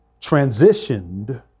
transitioned